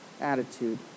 attitude